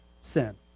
sin